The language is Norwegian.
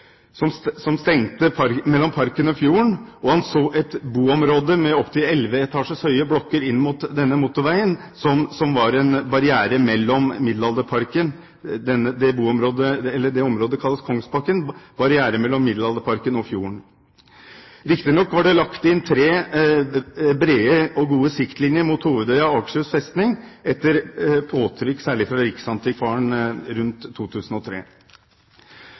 som stengte mellom parken og fjorden, og han så et boområde med opptil elleve etasjers høye blokker inn mot denne motorveien, som var en barriere mellom Middelalderparken – det området kalles Kongsbakken – og fjorden. Riktignok var det lagt inn tre brede og gode siktlinjer mot Hovedøya og Akershus festning, etter påtrykk særlig fra Riksantikvaren rundt 2003.